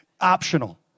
Optional